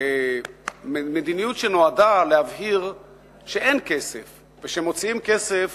מדיניות שנועדה להבהיר שאין כסף ושמוציאים כסף